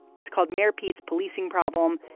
it's called mayor pete's policing problem.